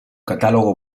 catálogo